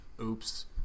oops